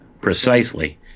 Precisely